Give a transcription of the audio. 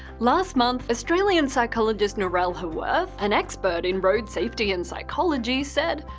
last month, australian psychologist narelle haworth, an expert in road safety and psychology, said,